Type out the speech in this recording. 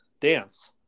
dance